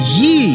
ye